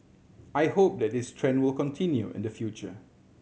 I hope that this trend will continue in the future